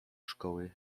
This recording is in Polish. szkoły